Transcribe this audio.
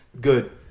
good